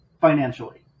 financially